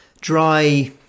dry